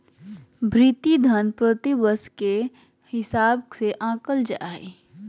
भृति धन प्रतिवर्ष के हिसाब से आँकल जा हइ